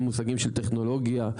במושגים של טכנולוגיה,